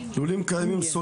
לולים קיימים.